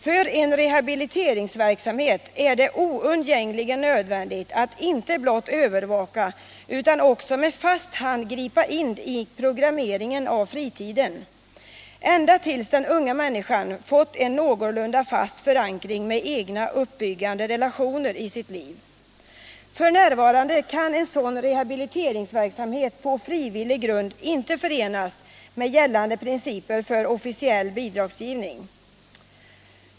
För en rehabiliteringsverksamhet är det oundgängligen nödvändigt att inte bara övervaka utan också med fast hand gripa in i programmeringen av fritiden, ända tills den unga människan fått en någorlunda fast förankring med egna uppbyggande relationer i sitt liv. F.n. kan en sådan rehabiliteringsverksamhet på frivillig grund inte förenas med gällande principer för officiell bidragsgivning.